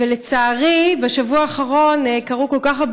ולצערי בשבוע האחרון קרו כל כך הרבה